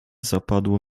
zapadło